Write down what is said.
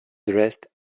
dressed